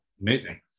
Amazing